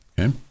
Okay